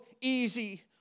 easy